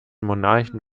monarchen